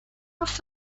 must